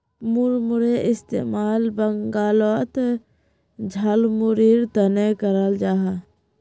मुड़मुड़ेर इस्तेमाल बंगालोत झालमुढ़ीर तने कराल जाहा